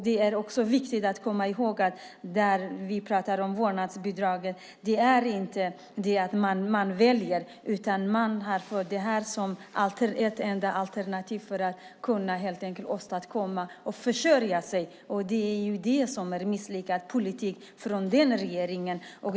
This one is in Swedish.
Det är viktigt att komma ihåg när vi pratar om vårdnadsbidraget att man inte väljer, utan man har fått det här som ett enda alternativ för att helt enkelt kunna försörja sig. Det är en misslyckad politik från regeringen.